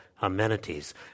amenities